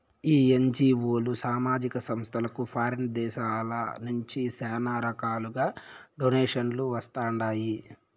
ఈ ఎన్జీఓలు, సామాజిక సంస్థలకు ఫారిన్ దేశాల నుంచి శానా రకాలుగా డొనేషన్లు వస్తండాయి